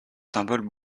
symboles